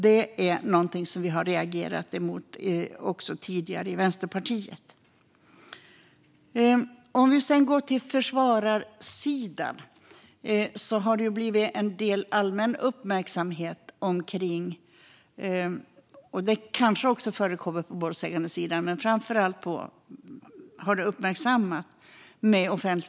Det är någonting som vi har reagerat emot också tidigare i Vänsterpartiet. Om vi sedan går till försvararsidan ser vi att det har väckt en del allmän uppmärksamhet att en tilltalad vill ha en väldigt känd advokat och att denna advokat ställer upp, men sedan byter man snabbt.